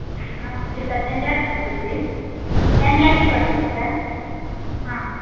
ఆ okay sir ten lakhs పడుతుంది ten lakhs పడుతుంది సర్